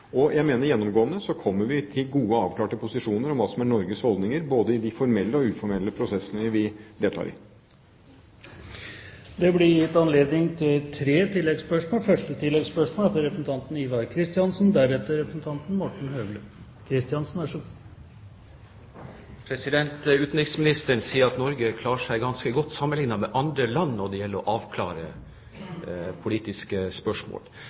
Jeg mener at gjennomgående kommer vi til gode og avklarte posisjoner om hva som er Norges holdninger, både i de formelle og i de uformelle prosessene vi deltar i. Det blir gitt anledning til tre oppfølgingsspørsmål – først Ivar Kristiansen. Utenriksministeren sier at Norge klarer seg «ganske godt» sammenlignet med andre land når det gjelder å avklare politiske spørsmål.